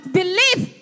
believe